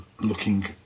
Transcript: looking